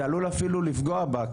זה עלול אפילו לפגוע בה,